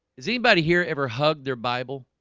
is anybody here ever hugged their bible?